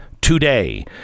today